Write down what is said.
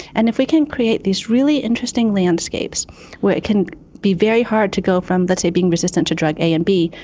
and if we can create these really interesting landscapes where it can be very hard to go from, let's say, being resistant to drug a and b,